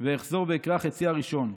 ואחזור ואקרא חצי ראשון: